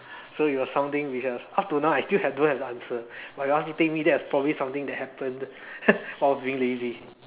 so it was something which was up to now I still have don't have the answer but you ask me to think maybe that was something that happened while I was being lazy